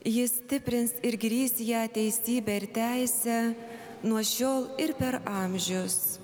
jis stiprins ir grįs ją teisybe ir teise nuo šiol ir per amžius